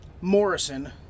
Morrison